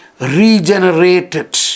regenerated